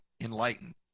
enlightened